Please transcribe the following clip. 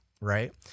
right